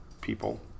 people